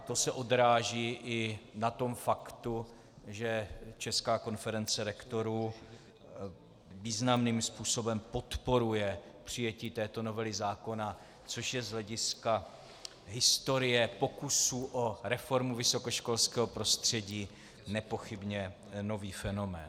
To se odráží i na tom faktu, že Česká konference rektorů významným způsobem podporuje přijetí této novely zákona, což je z hlediska historie pokusů o reformu vysokoškolského prostředí nepochybně nový fenomén.